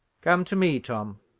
come to me, tom,